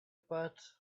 but